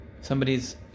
somebody's